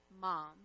mom